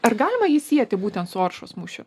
ar galima jį sieti būtent su oršos mūšiu